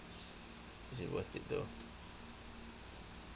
is it worth it though